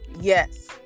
yes